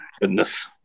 goodness